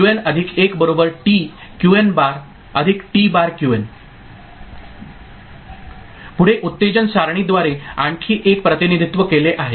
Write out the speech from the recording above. पुढे उत्तेजन सारणीद्वारे आणखी एक प्रतिनिधित्व केले आहे